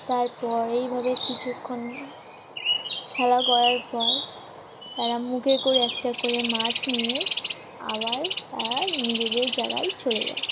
তারপর এইভাবে কিছুক্ষণ খেলা করার পর তারা মুখে করে একটা করে মাছ নিয়ে আবার তারা নিজেদের জায়গায় চলে যায়